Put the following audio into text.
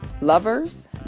lovers